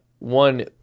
one